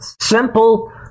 simple